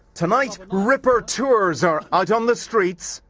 tonight ripper tours are out on the streets.